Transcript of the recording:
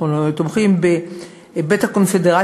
אנחנו תומכים בבית-הקונפדרציה,